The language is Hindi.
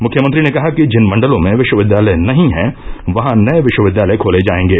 मुख्यमंत्री ने कहा कि जिन मण्डलों में विश्वविद्यालय नही हैं वहां नये विश्वविद्यालय खोले जायेंगे